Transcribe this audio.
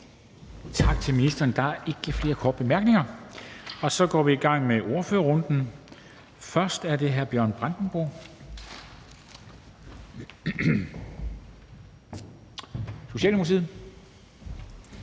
Tak til ministeren. Der er ikke flere korte bemærkninger. Så går vi i gang med ordførerrunden – først er det hr. Bjørn Brandenborg, Socialdemokratiet.